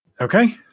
Okay